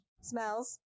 smells